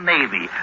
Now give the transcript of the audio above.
Navy